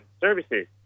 services